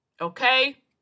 Okay